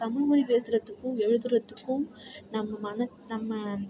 தமிழ்மொழி பேசுறதுக்கும் எழுதுறதுக்கும் நம்ம மன நம்ம